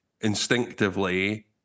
instinctively